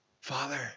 Father